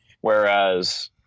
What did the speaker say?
Whereas